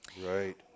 Right